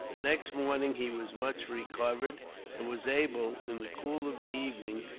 the next morning he was much recovered and was able, in the cool of the evening,